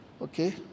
Okay